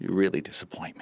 you really disappoint